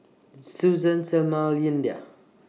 Suzan Selmer Lyndia